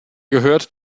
gehört